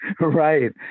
Right